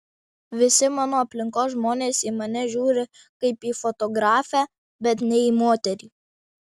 visi mano aplinkos žmonės į mane žiūri kaip į fotografę bet ne į moterį